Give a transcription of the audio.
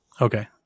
Okay